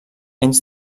anys